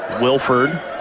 Wilford